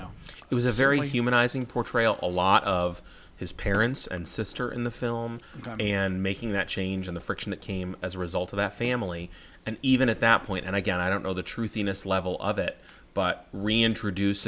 know it was a very humanizing portrayal a lot of his parents and sister in the film and making that change in the friction that came as a result of that family and even at that point and again i don't know the truth enos level of it but reintroduc